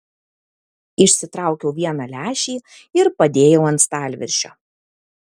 išsitraukiau vieną lęšį ir padėjau ant stalviršio